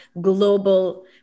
global